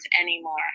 anymore